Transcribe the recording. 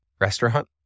restaurant